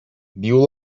diu